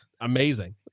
amazing